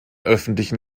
öffentlichen